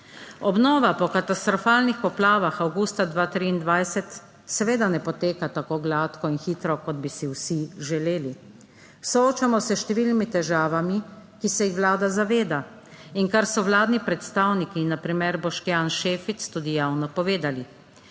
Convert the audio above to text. Obnova po katastrofalnih poplavah avgusta 2023 seveda ne poteka tako gladko in hitro, kot bi si vsi želeli. Soočamo se s številnimi težavami, ki se jih Vlada zaveda, in kar so vladni predstavniki, na primer Boštjan Šefic, tudi javno povedali.